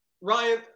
Ryan